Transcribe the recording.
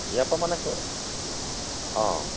ইয়াতে মানে অঁ